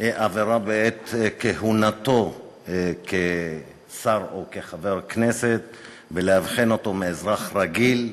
עבירה בעת כהונתו כשר או כחבר הכנסת ולהבחין אותו מאזרח רגיל,